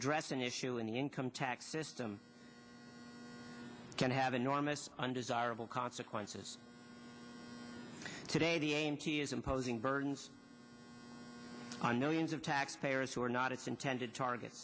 address an issue in the income tax system can have enormous undesirable consequences today the a m t is imposing burdens on millions of taxpayers who are not its intended target